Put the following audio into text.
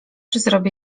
zrobię